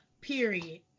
Period